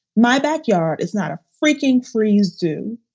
my backyard is not a freaking floor used to.